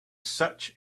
such